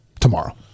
tomorrow